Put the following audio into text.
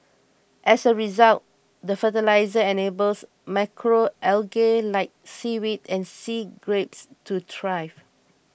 as a result the fertiliser enables macro algae like seaweed and sea grapes to thrive